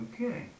Okay